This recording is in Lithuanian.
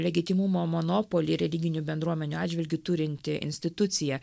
legitimumo monopolį religinių bendruomenių atžvilgiu turinti institucija